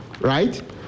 right